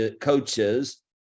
coaches